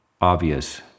obvious